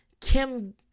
Kim